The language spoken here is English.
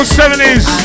70s